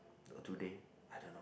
today I don't know